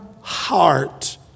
heart